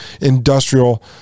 industrial